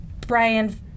Brian